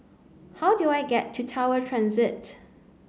how do I get to Tower Transit